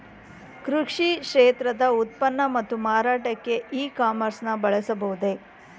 ಕೃಷಿ ಕ್ಷೇತ್ರದ ಉತ್ಪನ್ನ ಮತ್ತು ಮಾರಾಟಕ್ಕೆ ಇ ಕಾಮರ್ಸ್ ನ ಬಳಸಬಹುದೇ?